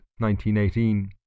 1918